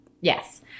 Yes